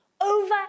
Over